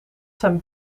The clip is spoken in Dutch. zijn